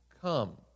come